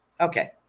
Okay